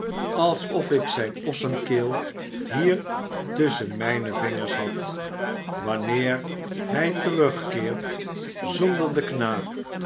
alsof ik zijne ossenkeel hier tusschen mijne vingers had wanneer hij terugkeert zonder den knaap